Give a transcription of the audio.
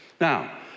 Now